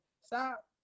stop